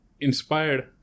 inspired